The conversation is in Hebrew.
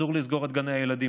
אסור לסגור את גני הילדים.